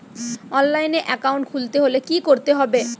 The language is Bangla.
অনলাইনে একাউন্ট খুলতে হলে কি করতে হবে?